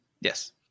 Yes